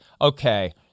Okay